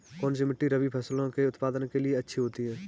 कौनसी मिट्टी रबी फसलों के उत्पादन के लिए अच्छी होती है?